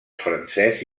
francès